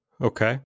Okay